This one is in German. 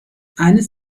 eines